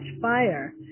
fire